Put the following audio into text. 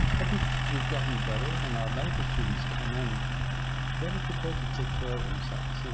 i think we've gotten better and our medical students come in better prepared to take care of themselves.